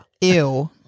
ew